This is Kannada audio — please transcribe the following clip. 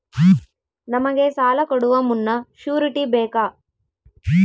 ನಮಗೆ ಸಾಲ ಕೊಡುವ ಮುನ್ನ ಶ್ಯೂರುಟಿ ಬೇಕಾ?